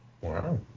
Wow